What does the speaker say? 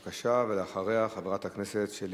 בבקשה, ולאחריה, חברת הכנסת שלי